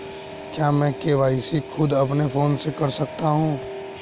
क्या मैं के.वाई.सी खुद अपने फोन से कर सकता हूँ?